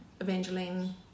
Evangeline